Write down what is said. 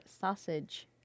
sausage